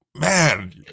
man